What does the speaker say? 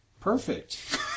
Perfect